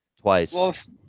twice